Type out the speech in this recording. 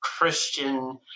Christian